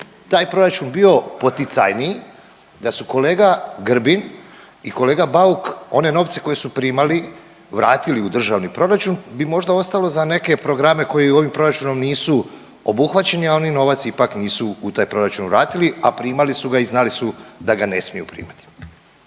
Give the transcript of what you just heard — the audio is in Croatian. taj proračun bio poticajniji da su kolega Grbin i kolega Bauk one novce koje su primali vratili u državni proračun bi možda ostalo za neke programe koji ovim proračunom nisu obuhvaćeni, a oni novac ipak nisu u taj proračun vratili, a primali su ga i znali su da ga ne smiju primati?